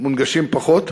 מונגשים פחות,